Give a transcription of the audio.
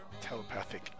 telepathic